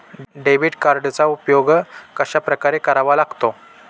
Debit कार्डचा उपयोग कशाप्रकारे करावा लागतो?